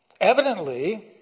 evidently